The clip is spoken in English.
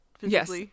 yes